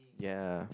ya